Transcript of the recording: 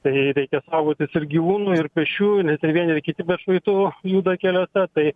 tai reikia saugotis ir gyvūnų ir pėsčiųjų nes ir vieni kiti be atšvaitų juda keliuose tai